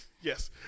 Yes